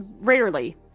Rarely